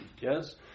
yes